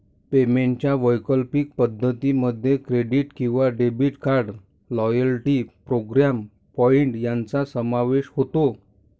पेमेंटच्या वैकल्पिक पद्धतीं मध्ये क्रेडिट किंवा debit card, loyalty program point यांचा समावेश होतो